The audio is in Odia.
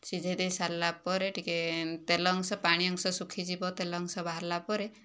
ସିଝାଇ ଦେଇ ସାରିଲା ପରେ ଟିକେ ତେଲ ଅଂଶ ପାଣି ଅଂଶ ଶୁଖିଯିବ ତେଲ ଅଂଶ ବାହାରିଲା ପରେ